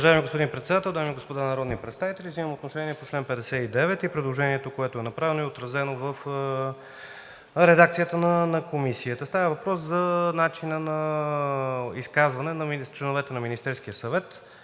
Уважаеми господин Председател, дами и господа народни представители! Вземам отношение по чл. 59 и предложението, което е направено и отразено в редакцията на Комисията. Става въпрос за начина на изказване на членовете на Министерския съвет